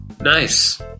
Nice